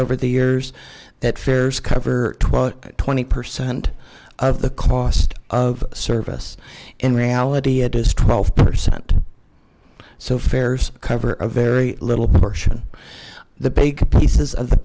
over the years that fairs cover twelve twenty percent of the cost of service in reality it is twelve percent so fairs cover a very little version the big pieces of the